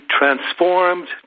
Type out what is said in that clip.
transformed